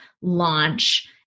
launch